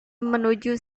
menuju